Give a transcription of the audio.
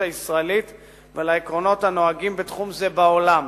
הישראלית ולעקרונות הנוהגים בתחום זה בעולם.